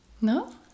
No